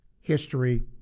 History